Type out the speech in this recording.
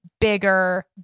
bigger